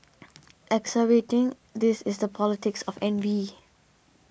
exacerbating this is the politics of envy